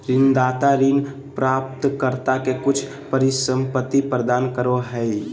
ऋणदाता ऋण प्राप्तकर्ता के कुछ परिसंपत्ति प्रदान करो हइ